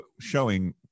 showing